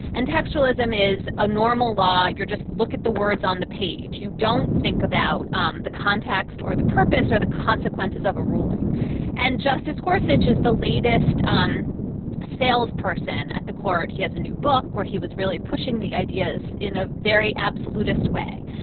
and textualism is a normal law. you're just look at the words on the page. you don't think about um the context or the purpose or the consequences of a ruling and justice is the latest on a sales person at the court. he has a new book where he was really pushing the ideas in a very absolutist way.